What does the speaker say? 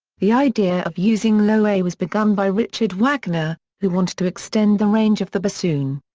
the idea of using low a was begun by richard wagner, who wanted to extend the range of the bassoon.